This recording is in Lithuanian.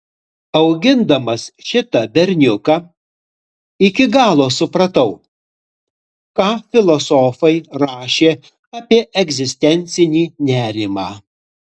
augindamas šitą berniuką iki galo supratau ką filosofai rašė apie egzistencinį nerimą